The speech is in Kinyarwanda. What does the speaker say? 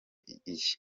iyi